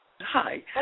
Hi